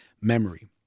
memory